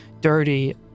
dirty